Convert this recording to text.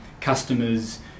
customers